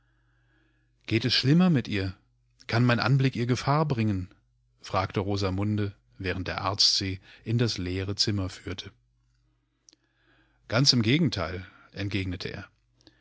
geht es schlimmer mit ihr kann mein anblick ihr gefahr bringen fragte rosamunde währendderarztsieindasleerezimmerführte ganz im gegenteil entgegnete er